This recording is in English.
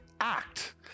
act